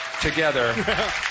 together